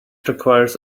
requires